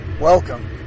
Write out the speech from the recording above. Welcome